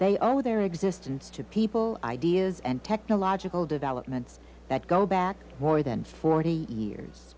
they are their existence to people ideas and technological developments that go back more than forty years